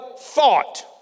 thought